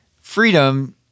freedom